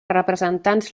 representants